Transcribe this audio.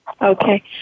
Okay